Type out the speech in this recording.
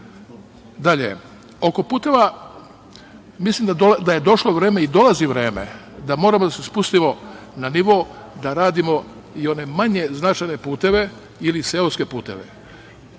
izlazi na Drinu. Mislim da je došlo vreme i dolazi vreme da moramo da se spustimo na nivo da radimo i one manje značajne puteve ili seoske puteve.